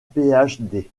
phd